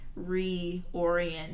reorient